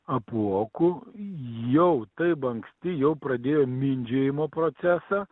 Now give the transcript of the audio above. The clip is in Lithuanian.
apuokų jau taip anksti jau pradėjo mindžiojimo procesą